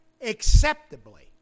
acceptably